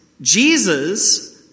Jesus